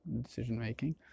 decision-making